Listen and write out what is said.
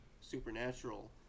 supernatural